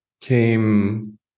came